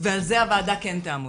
ועל זה הועדה כן תעמוד,